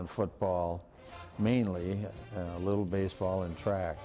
and football mainly a little baseball and track